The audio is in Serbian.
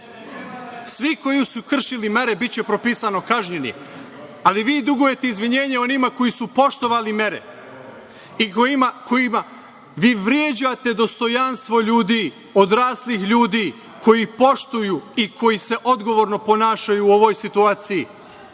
koji su kršili mere biće propisano kažnjeni, ali vi dugujete izvinjenje onima koji su poštovali mere. Vi vrijeđate dostojanstvo ljudi, odraslih ljudi, i koji poštuju i koji se odgovorno ponašaju u ovoj situaciji,